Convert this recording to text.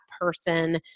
person